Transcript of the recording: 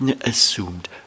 assumed